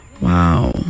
Wow